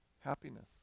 happiness